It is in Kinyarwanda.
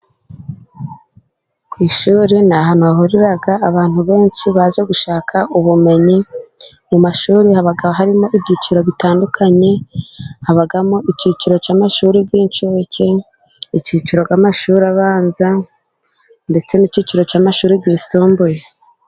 Ku ishuri ni ahantu hahurira abantu benshi baje gushaka ubumenyi, mu mashuri haba harimo ibyiciro bitandukanye ,habamo icyiciro cy'amashuri y'inshuke, icyiciro cy'amashuri abanza ,ndetse n'icyiciro cy'amashuri yisumbuye.